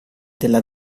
della